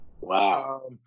Wow